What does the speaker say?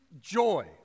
joy